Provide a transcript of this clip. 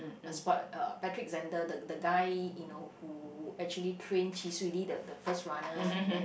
as what uh Patrick-Zehnder the the guy you know who actually train Chee Swee Lee the the first runner and then